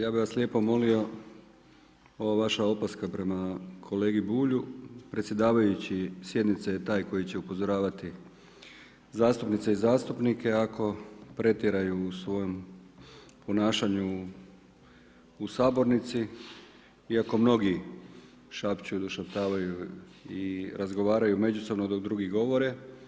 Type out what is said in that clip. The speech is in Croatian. Ja bih vas lijepo molio ova vaša opaska prema kolegi Bulju predsjedavajući sjednice je taj koji će upozoravati zastupnice i zastupnike ako pretjeraju u svom ponašanju u sabornici, iako mnogi šapću i došaptavaju i razgovaraju međusobno dok drugi govore.